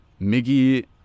miggy